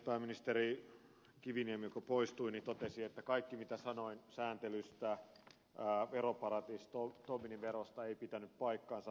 pääministeri kiviniemi joka poistui totesi että kaikki mitä sanoin sääntelystä veroparatiiseista ja tobinin verosta ei pitänyt paikkaansa